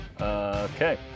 Okay